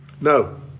No